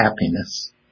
happiness